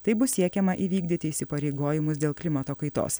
taip bus siekiama įvykdyti įsipareigojimus dėl klimato kaitos